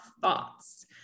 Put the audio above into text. thoughts